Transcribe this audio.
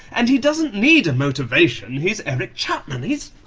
and he doesn't need a motivation, he's eric chapman. he's